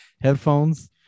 headphones